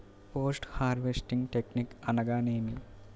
Post harvesting technique అనగా నేమి?